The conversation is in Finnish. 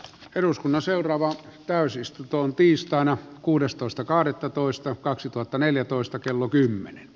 eduskunnan seuraavaan täysistuntoon tiistaina kuudestoista kahdettatoista kaksituhattaneljätoista kello kymmenen